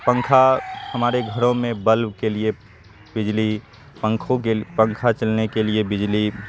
پنکھا ہمارے گھروں میں بلب کے لیے بجلی پنکھوں کے پنکھا چلنے کے لیے بجلی